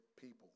people